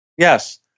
Yes